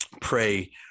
pray